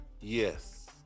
Yes